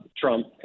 Trump